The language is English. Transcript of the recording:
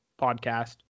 Podcast